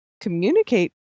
communicate